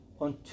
on